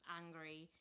angry